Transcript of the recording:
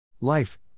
Life